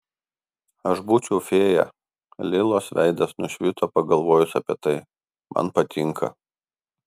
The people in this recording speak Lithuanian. aš būčiau fėja lilos veidas nušvito pagalvojus apie tai man patinka